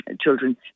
children